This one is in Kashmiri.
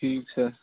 ٹھیٖک سر